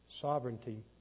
sovereignty